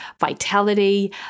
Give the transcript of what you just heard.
vitality